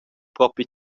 propi